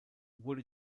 wurde